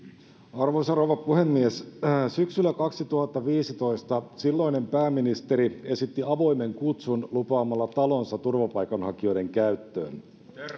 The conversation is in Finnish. arvoisa rouva puhemies syksyllä kaksituhattaviisitoista silloinen pääministeri esitti avoimen kutsun lupaamalla talonsa turvapaikanhakijoiden käyttöön